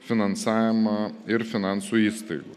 finansavimą ir finansų įstaigų